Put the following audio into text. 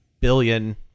billion